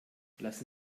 lassen